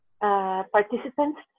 participants